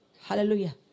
Hallelujah